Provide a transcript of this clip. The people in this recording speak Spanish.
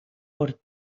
por